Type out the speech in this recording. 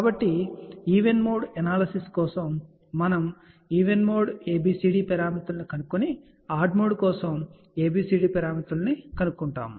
కాబట్టి even mode analysis కోసం మనం ఈవెన్ మోడ్ కోసం ABCD పారామితులను కనుగొని ఆడ్ మోడ్ కోసం ABCD పారామితులను కనుగొంటాము